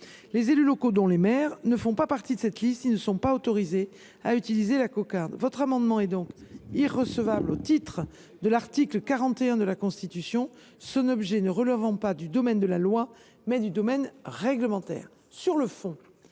Les élus locaux, dont les maires, ne font pas partie de cette liste et ne sont par conséquent pas autorisés à faire figurer la cocarde sur leur véhicule. L’amendement est donc irrecevable au titre de l’article 41 de la Constitution, son objet relevant non pas du domaine de la loi, mais du domaine réglementaire. Sur le fond,